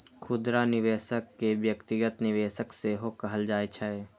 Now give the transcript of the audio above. खुदरा निवेशक कें व्यक्तिगत निवेशक सेहो कहल जाइ छै